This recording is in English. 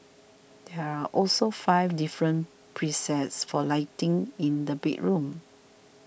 there are also five different presets for lighting in the bedroom